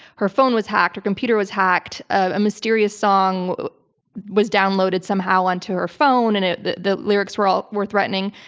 her phone was hacked, her computer was hacked, a mysterious song was downloaded somehow onto her phone and it the the lyrics were all were threatening.